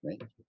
Right